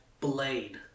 Blade